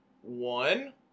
one